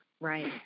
Right